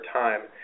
time